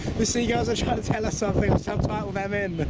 seagulls are trying to tell us something! i'll subtitle them in but